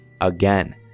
again